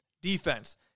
defense